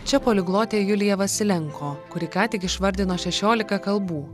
čia poliglotė julija vasilenko kuri ką tik išvardino šešiolika kalbų